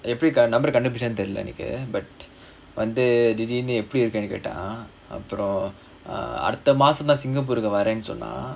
எப்படி:eppadi number கண்டுபிடிச்சான் தெரில எனக்கு:kandupidichaan therila enakku but வந்து திடீர்னு எப்படி இருக்கேனு கேட்டான் அப்புறம் அடுத்த மாசம்:vanthu thideernu eppadi irukkaenu kaettaan appuram adutha maasam singapore வரேன்னு சொன்னான்:varaenu sonnaan